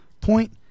point